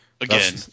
Again